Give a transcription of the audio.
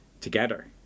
together